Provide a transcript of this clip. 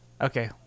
Okay